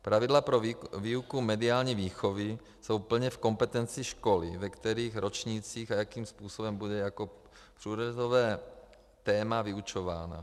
Pravidla pro výuku mediální výchovy jsou plně v kompetenci školy, ve kterých ročnících a jakým způsobem bude jako průřezové téma vyučována.